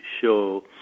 show